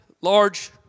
large